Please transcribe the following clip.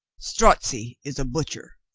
strozzi is a butcher,